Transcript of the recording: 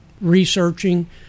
researching